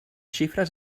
xifres